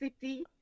City